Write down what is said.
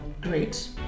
great